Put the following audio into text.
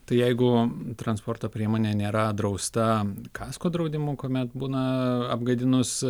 tai jeigu transporto priemonė nėra drausta kasko draudimu kuomet būna apgadinus